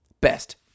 best